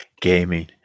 gaming